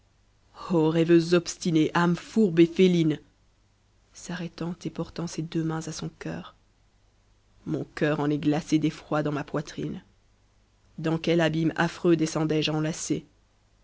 rêveuse obstinée âme fourbe et féline r m m m son mon cœur en est glacé d'effroi dans ma poitrine dans quel abîme affreux descendais je enlacé